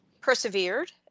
persevered